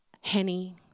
Henny